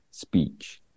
speech